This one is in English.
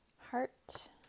Heart